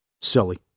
Silly